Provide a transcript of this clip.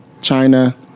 China